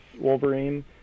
wolverine